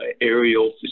aerial